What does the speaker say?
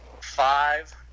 five